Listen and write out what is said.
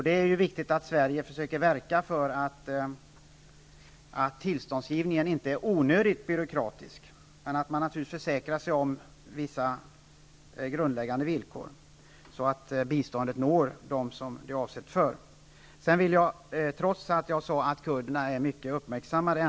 Det är viktigt att Sverige försöker verka för att tillståndsgivningen inte är onödigt byråkratisk. Men naturligtvis skall försäkra sig om vissa grundläggande villkor, så att biståndet når dem som det är avsett för. Jag har ju sagt att kurderna är mycket uppmärksammade.